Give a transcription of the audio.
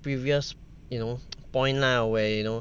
previous you know point lah where you know